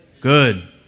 good